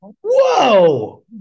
Whoa